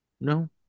No